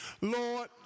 Lord